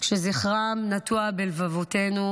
שזכרם נטוע בלבבנו,